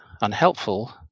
unhelpful